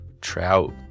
trout